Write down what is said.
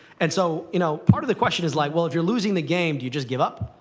and so, you know, part of the question is, like, well, if you're losing the game, do you just give up,